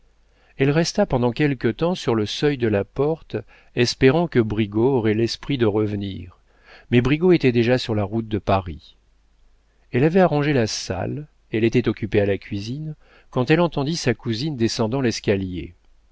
elle resta pendant quelque temps sur le seuil de la porte espérant que brigaut aurait l'esprit de revenir mais brigaut était déjà sur la route de paris elle avait arrangé la salle elle était occupée à la cuisine quand elle entendit sa cousine descendant l'escalier